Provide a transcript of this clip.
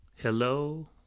Hello